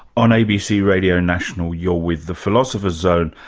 on abc radio national you're with the philosopher's zone,